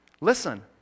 Listen